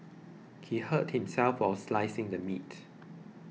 he hurt himself while slicing the meat